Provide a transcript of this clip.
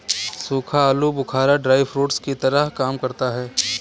सूखा आलू बुखारा ड्राई फ्रूट्स की तरह काम करता है